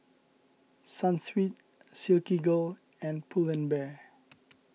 Sunsweet Silkygirl and Pull and Bear